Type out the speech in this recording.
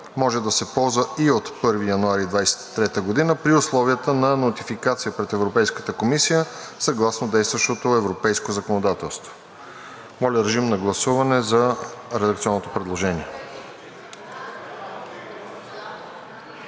може да се ползва и от 1 януари 2023 г. при условията на нотификация пред Европейската комисия, съгласно действащото европейско законодателство.“ Моля, режим на гласуване за редакционното предложение.